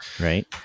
right